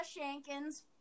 Shankin's